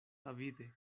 avide